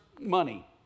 money